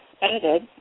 edited